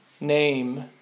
name